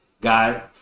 guy